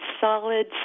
solid